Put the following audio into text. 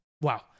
Wow